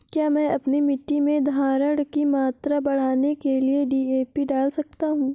क्या मैं अपनी मिट्टी में धारण की मात्रा बढ़ाने के लिए डी.ए.पी डाल सकता हूँ?